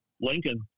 Lincoln